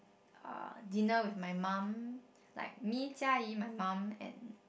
uh dinner with my mom like me Jia-Yi my mom and